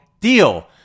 deal